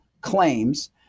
claims